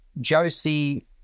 Josie